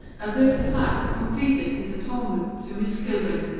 as if the fact completed his atonement to miss kilburn,